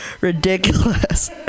ridiculous